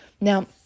Now